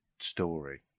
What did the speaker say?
story